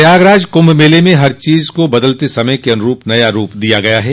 प्रयागराज कुंभ मेले में हर चीज को बदलते समय के अनुरुप नया रूप दिया गया है